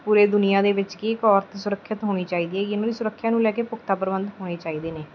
ਪੂਰੇ ਦੁਨੀਆਂ ਦੇ ਵਿੱਚ ਕੀ ਇੱਕ ਔਰਤ ਸੁਰੱਖਿਅਤ ਹੋਣੀ ਚਾਹੀਦੀ ਹੈਗੀ ਉਹਨਾਂ ਦੀ ਸੁਰੱਖਿਆ ਨੂੰ ਲੈ ਕੇ ਪੁਖਤਾ ਪ੍ਰਬੰਧ ਹੋਣੇ ਚਾਹੀਦੇ ਨੇ